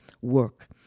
work